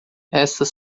estas